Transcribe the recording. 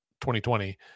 2020